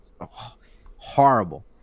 horrible